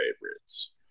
favorites